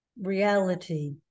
reality